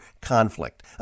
conflict